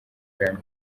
bwanyu